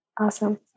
Awesome